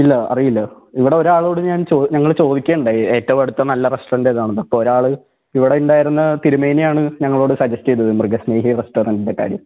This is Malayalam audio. ഇല്ല അറിയില്ല ഇവിടെ ഒരാളോട് ഞാൻ ചോ ഞങ്ങൾ ചോദിക്കുകയുണ്ടായി ഏറ്റവും അടുത്ത നല്ല റെസ്റ്റൊർൻറ് ഏതാണെന്ന് അപ്പം ഒരാൾ ഇവിടെ ഉണ്ടായിരുന്ന തിരുമേനിയാണ് ഞങ്ങളോട് സജസ്റ്റ് ചെയ്തത് മൃഗസ്നേഹി റെസ്റ്റൊറൻറിൻ്റെ കാര്യം